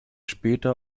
später